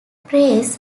phrase